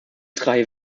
drei